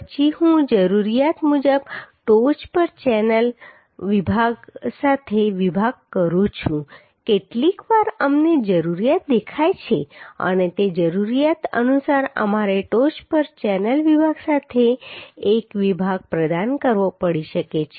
પછી હું જરૂરિયાત મુજબ ટોચ પર ચેનલ વિભાગ સાથે વિભાગ કરું છું કેટલીકવાર અમને જરૂરિયાત દેખાય છે અને તે જરૂરિયાત અનુસાર અમારે ટોચ પર ચેનલ વિભાગ સાથે તે I વિભાગ પ્રદાન કરવો પડી શકે છે